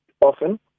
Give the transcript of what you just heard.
often